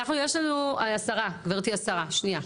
אנחנו, יש לנו, השרה, גבירתי השרה, שנייה.